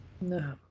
No